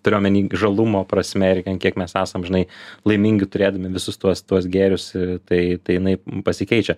turiu omeny žalumo prasme ir kiek mes esam žinai laimingi turėdami visus tuos tuos gėrius tai tai jinai pasikeičia